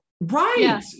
Right